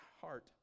heart